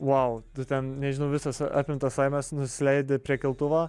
vau ten nežinau visas apimtas laimės nusileidi prie keltuvo